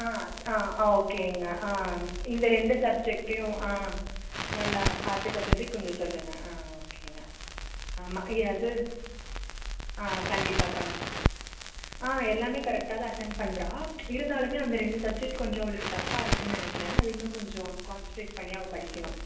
ஆ ஆ ஓகேங்க ஆ இந்த ரெண்டு சப்ஜெக்ட்டையும் ஆ நல்லா பார்த்துக்க சொல்லி கொஞ்சம் சொல்லுங்கள் ஆ ஓகேங்க ஆமாம் அது ஆ கண்டிப்பாக கண்டிப்பாக ஆ எல்லாமே கரெக்டாக தான் அட்டன் பண்ணுறா இருந்தாலுமே அந்த ரெண்டு சப்ஜெக்ட் கொஞ்சம் அவளுக்கு டஃப்ஃபாக இருக்குதுன்னு நினக்கிறேன் அது இன்னும் கொஞ்சம் கான்செண்ட்ரேட் பண்ணி அவள் படிக்கணும்